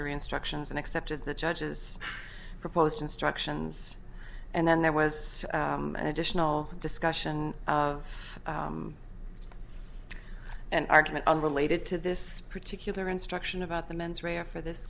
jury instructions and accepted the judge's proposed instructions and then there was an additional discussion of an argument unrelated to this particular instruction about the mens rea or for this